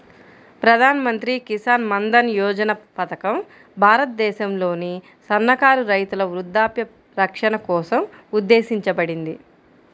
ప్రధాన్ మంత్రి కిసాన్ మన్ధన్ యోజన పథకం భారతదేశంలోని సన్నకారు రైతుల వృద్ధాప్య రక్షణ కోసం ఉద్దేశించబడింది